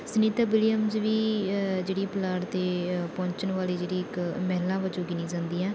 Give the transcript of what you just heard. Sunita Williams ਵੀ ਜਿਹੜੀ ਪਲਾਟ 'ਤੇ ਪਹੁੰਚਣ ਵਾਲੀ ਜਿਹੜੀ ਇੱਕ ਮਹਿਲਾ ਵਜੋਂ ਗਿਣੀ ਜਾਂਦੀ ਹੈ